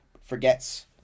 Forgets